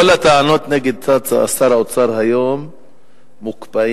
כל הטענות נגד שר האוצר היום מוקפאות,